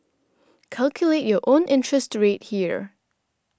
calculate your own interest rate here